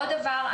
עוד דבר,